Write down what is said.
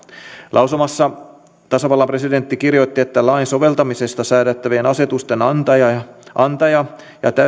lausumassa tasavallan presidentti kirjoitti että lain soveltamisesta säädettävien asetusten antaja ja